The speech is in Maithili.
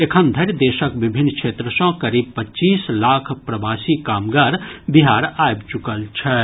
एखन धरि देशक विभिन्न क्षेत्र सॅ करीब पच्चीस लाख प्रवासी कामगार बिहार आबि चुकल छथि